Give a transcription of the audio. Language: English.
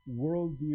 worldview